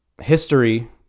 History